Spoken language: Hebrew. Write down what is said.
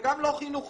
זה גם לא חינוכי.